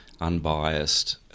unbiased